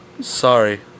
Sorry